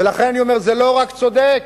ולכן זה לא רק צודק,